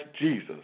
Jesus